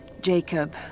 Jacob